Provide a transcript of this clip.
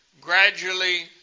gradually